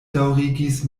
daŭrigis